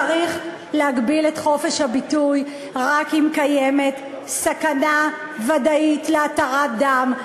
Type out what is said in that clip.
צריך להגביל את חופש הביטוי רק אם קיימת סכנה ודאית להתרת דם,